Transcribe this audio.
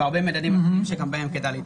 והרבה מדדים שגם בהם צריך להתעסק.